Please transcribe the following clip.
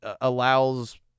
allows